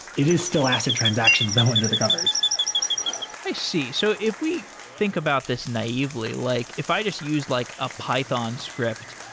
it is still acid transactions that were under the covers i see. so if we think about this naively, like if i just use like a python script,